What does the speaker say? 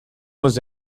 was